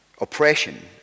oppression